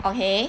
okay